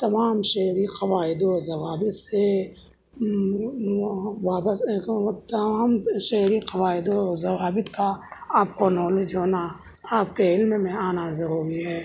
تمام شعری قواعد و ضوابط سے تمام شعری قواعد و ضوابط کا آپ کو نالج ہونا آپ کے علم میں آنا ضروری ہے